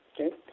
okay